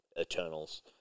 Eternals